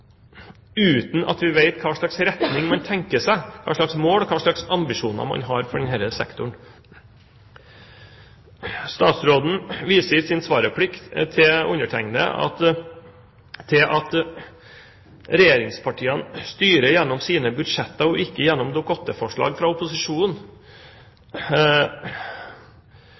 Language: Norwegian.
uten at vi vet noe om i hvilken retning man tenker seg – hvilke mål, hvilke ambisjoner man har for denne sektoren. Statsråden viser i sin svarreplikk til meg til at regjeringspartiene styrer gjennom sine budsjetter og ikke gjennom Dokument 8-forslag fra opposisjonen.